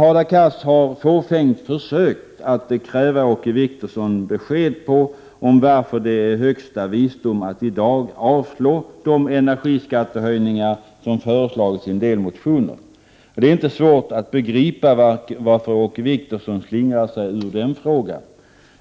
Hadar Cars har fåfängt försökt att avkräva Åke Wictorsson besked om varför det är högsta visdom att i dag avslå de energiskattehöjningar som föreslagits i en del motioner. Det är inte svårt att begripa varför Åke Wictorsson slingrar sig ur den frågan.